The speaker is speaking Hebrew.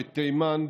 בתימן,